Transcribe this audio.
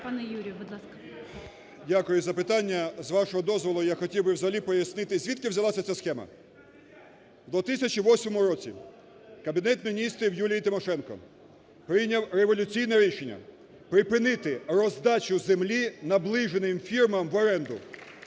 Дякую за запитання. З вашого дозволу я хотів би, взагалі, пояснити, звідки взялася ця схема. В 2008 році Кабінет Міністрів Юлії Тимошенко прийняв революційне рішення: припинити роздачу землі наближеним фірмам в оренду